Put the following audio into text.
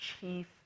chief